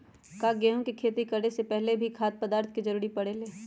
का गेहूं के खेती करे से पहले भी खाद्य पदार्थ के जरूरी परे ले?